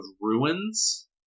ruins